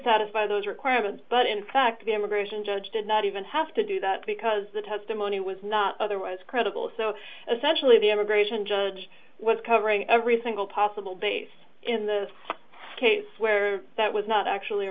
satisfy those requirements but in fact the immigration judge did not even have to do that because the testimony was not otherwise credible so essentially the immigration judge was covering every single possible base in the case where that was not actually